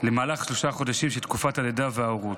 למהלך שלושה חודשים של תקופת הלידה וההורות,